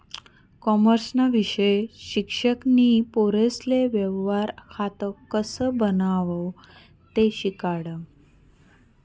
कॉमर्सना विषय शिक्षक नी पोरेसले व्यवहार खातं कसं बनावो ते शिकाडं